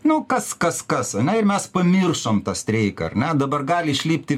nu kas kas kas ar ne ir mes pamiršom tą streiką ar ne dabar gali išlipti